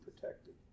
protected